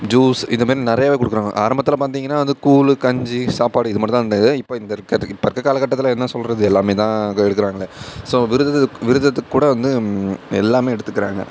juice இது மாரி நிறையவே கொடுக்குறாங்க ஆரம்பத்தில் பார்த்தீங்கன்னா வந்து கூழ் கஞ்சி சாப்பாடு இது மட்டும் தான் இருந்தது இப்போ இந்த இருக்கற இப்போ இருக்கற காலகட்டத்தில் என்ன சொல்வது எல்லாமே தான் இதை எடுக்கிறாங்களே ஸோ விருத விரதத்துக்கு கூட வந்து எல்லாமே எடுத்துக்கிறாங்க